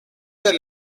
del